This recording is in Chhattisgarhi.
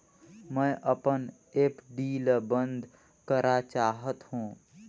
मैं अपन एफ.डी ल बंद करा चाहत हों